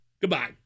Goodbye